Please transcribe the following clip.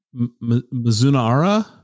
Mizunara